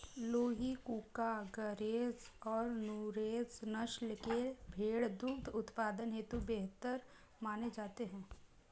लूही, कूका, गरेज और नुरेज नस्ल के भेंड़ दुग्ध उत्पादन हेतु बेहतर माने जाते हैं